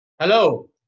Hello